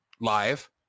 live